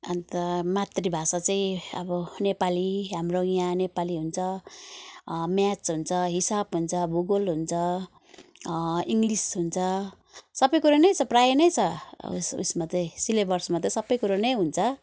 अन्त मातृभाषा चाहिँ अब नेपाली हाम्रो यहाँ नेपाली हुन्छ म्याथ्स हुन्छ हिसाब हुन्छ भूगोल हुन्छ इङ्ग्लिस हुन्छ सबै कुरा नै छ प्रायः नै छ उस ऊ यसमा चाहिँ सेलेबसमा त सबै कुरो नै हुन्छ